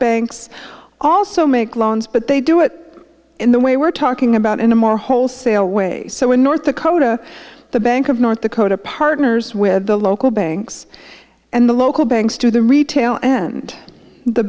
banks also make loans but they do it in the way we're talking about in a more wholesale way so in north dakota the bank of north dakota partners with the local banks and the local banks to the retail end the